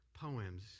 poems